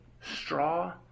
straw